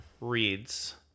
reads